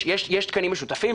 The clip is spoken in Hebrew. יש תקנים משותפים.